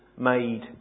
made